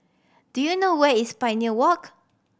do you know where is Pioneer Walk